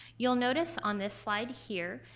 you'll notice on this slide here,